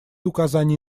указаний